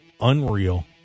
unreal